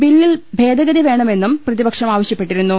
ബില്ലിൽ ഭേദഗതി വേണമെന്നും പ്രതിപക്ഷം ആവശ്യപ്പെട്ടിരുന്നു